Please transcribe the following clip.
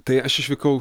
tai aš išvykau